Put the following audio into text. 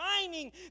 shining